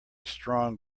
strong